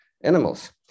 animals